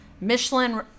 Michelin